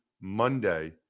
Monday